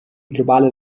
globale